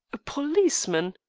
a policeman!